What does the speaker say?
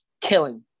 killing